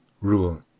Rule